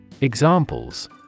Examples